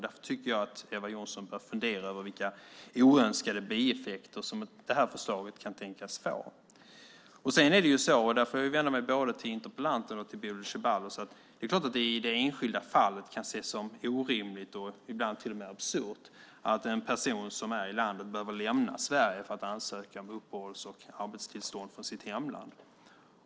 Därför tycker jag att Eva Johnsson bör fundera över vilka oönskade bieffekter som förslaget kan tänkas få. Jag vill vända mig till både interpellanten och Bodil Ceballos. Det är klart att det i det enskilda fallet kan ses som orimligt och ibland till och med absurt att en person som är i Sverige behöver lämna landet för att ansöka om uppehålls och arbetstillstånd från sitt hemland.